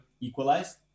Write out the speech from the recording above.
equalized